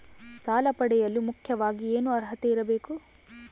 ಸಾಲ ಪಡೆಯಲು ಮುಖ್ಯವಾಗಿ ಏನು ಅರ್ಹತೆ ಇರಬೇಕು?